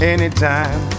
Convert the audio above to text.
Anytime